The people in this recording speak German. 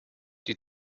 die